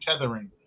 tethering